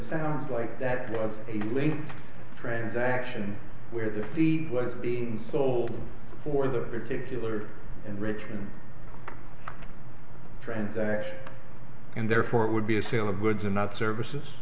sounds like that was a late transaction where the fee was being sold for the particular enrichment transaction and therefore it would be a sale of goods and services